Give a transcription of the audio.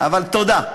אבל תודה.